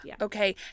Okay